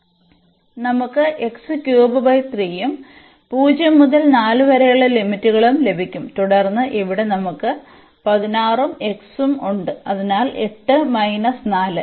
അതിനാൽ നമുക്ക് ഉം 0 മുതൽ 4 വരെയുള്ള ലിമിറ്റുകളും ലഭിക്കും തുടർന്ന് ഇവിടെ നമുക്ക് 16 ഉം x ഉം ഉണ്ട് അതിനാൽ 8 4